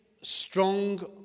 strong